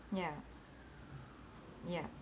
ya ya